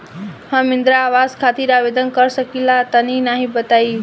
हम इंद्रा आवास खातिर आवेदन कर सकिला तनि बताई?